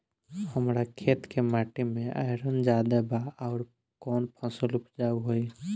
हमरा खेत के माटी मे आयरन जादे बा आउर कौन फसल उपजाऊ होइ?